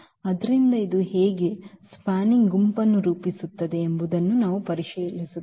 ಆದ್ದರಿಂದ ಇದು ಹೇಗೆ spanning ಗುಂಪನ್ನು ರೂಪಿಸುತ್ತದೆ ಎಂಬುದನ್ನು ನಾವು ಪರಿಶೀಲಿಸುತ್ತೇವೆ